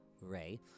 Ray